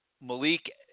Malik